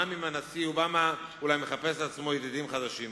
גם אם הנשיא אובמה אולי מחפש לעצמו ידידים חדשים.